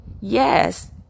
Yes